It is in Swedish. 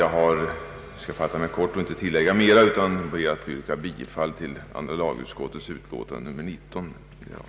Jag skall fatta mig kort och inte tillägga mera utan ber att få yrka bifall till andra lagutskottets hemställan.